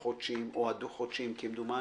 החודשיים או הדו-חודשיים כמדומני,